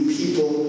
people